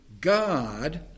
God